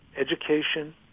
education